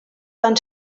van